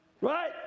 Right